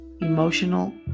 Emotional